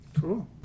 Cool